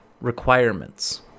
requirements